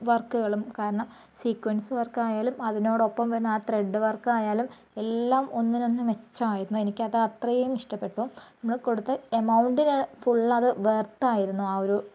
വർക്കുകളും കാരണം സ്വീക്കൻസ് വർക്കുകൾ ആയാലും അതിനോട് ഒപ്പം വരുന്ന ആ ത്രെഡ് വർക്കായാലും എല്ലാം ഒന്നിനൊന്ന് മെച്ചമായിരുന്നു എനിക്ക് അത് അത്രയും ഇഷ്ടപ്പെട്ടു നമ്മൾ കൊടുത്ത എമൗണ്ടിന് ഫുൾ അത് വെർത്ത് ആയിരുന്നു ആ ഒരു